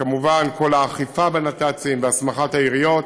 וכמובן כל האכיפה בנת"צים, והסמכת העיריות.